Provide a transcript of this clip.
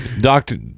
doctor